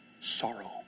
sorrow